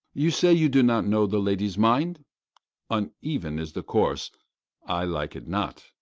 you say you do not know the lady's mind uneven is the course i like it not.